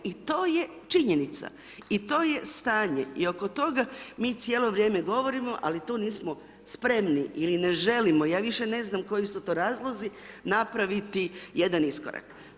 I to je činjenica, i to je stanje, i oko toga mi cijelo vrijeme govorimo, ali tu nismo spremni ili ne želimo, ja više ne znam koji su to razlozi, napraviti jedan iskorak.